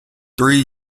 three